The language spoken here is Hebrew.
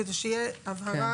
כדי שתהיה הבהרה,